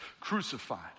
crucified